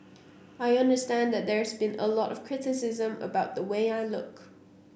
I understand that there's been a lot of criticism about the way I look